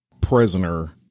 prisoner